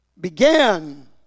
began